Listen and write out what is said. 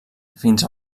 fins